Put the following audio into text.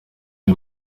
uyu